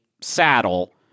saddle